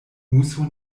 muso